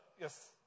Yes